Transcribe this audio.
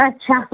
અચ્છા